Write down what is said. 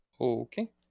Okay